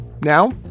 Now